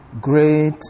Great